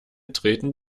treten